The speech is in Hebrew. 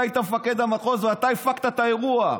אתה היית מפקד המחוז ואתה הפקת את האירוע.